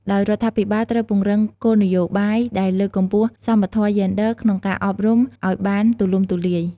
ដោយរដ្ឋាភិបាលត្រូវពង្រឹងគោលនយោបាយដែលលើកកម្ពស់សមធម៌យេនឌ័រក្នុងការអប់រំអោយបានទូលំទូលាយ។